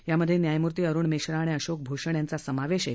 यात न्यायमूर्ती अरुण मिश्रा आणि अशोक भूषण यांचा समावेश आहे